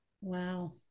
Wow